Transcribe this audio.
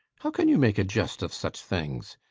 how can you make a jest of such things?